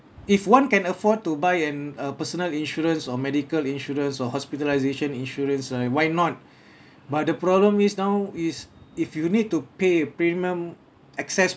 if one can afford to buy an a personal insurance or medical insurance or hospitalisation insurance ah why not but the problem is now is if you need to pay a premium excess